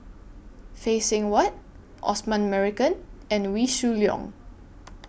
Phay Seng Whatt Osman Merican and Wee Shoo Leong